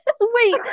wait